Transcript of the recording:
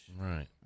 Right